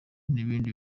n’ibindi